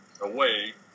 away